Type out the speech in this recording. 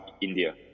India